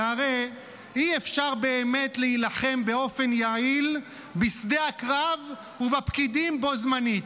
שהרי אי-אפשר באמת להילחם באופן יעיל בשדה הקרב ובפקידים בו זמנית.